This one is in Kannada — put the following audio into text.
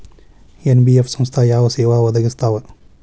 ಎನ್.ಬಿ.ಎಫ್ ಸಂಸ್ಥಾ ಯಾವ ಸೇವಾ ಒದಗಿಸ್ತಾವ?